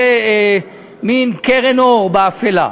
זה מין קרן אור באפלה.